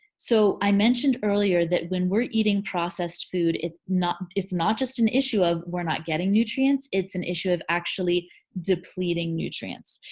so i mentioned earlier that when we're eating processed food it's not it's not just an issue of we're not getting nutrients it's an issue of actually depleting nutrients.